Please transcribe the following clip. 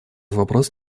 вопрос